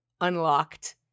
unlocked